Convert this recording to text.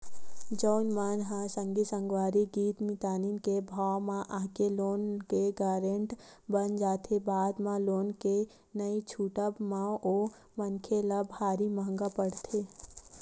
जउन मन ह संगी संगवारी मीत मितानी के भाव म आके लोन के गारेंटर बन जाथे बाद म लोन के नइ छूटब म ओ मनखे ल भारी महंगा पड़थे